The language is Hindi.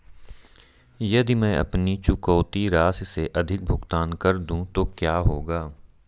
यदि मैं अपनी चुकौती राशि से अधिक भुगतान कर दूं तो क्या होगा?